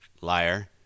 liar